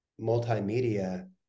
multimedia